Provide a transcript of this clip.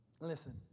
Listen